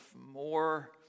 more